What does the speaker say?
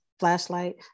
flashlight